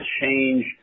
change